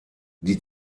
die